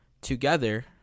together